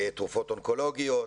לתרופות אונקולוגיות,